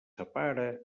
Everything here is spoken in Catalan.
separa